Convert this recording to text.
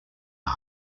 art